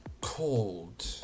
cold